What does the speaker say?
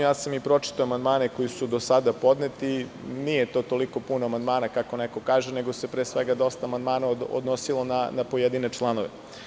Ja sam pročitao amandmane koji su do sada podneti, nije to tako puno kako neko kaže, nego se dosta amandmana odnosilo na pojedine članove.